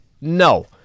no